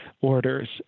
orders